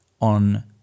on